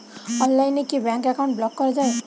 অনলাইনে কি bank account block করা য়ায়?